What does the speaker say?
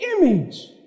image